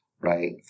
right